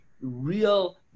real